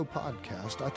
podcast